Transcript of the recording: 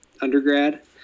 undergrad